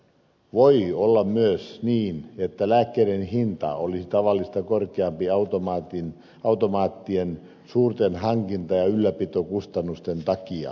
voi olla myös niin että lääkkeiden hinta olisi tavallista korkeampi automaattien suurten hankinta ja ylläpitokustannusten takia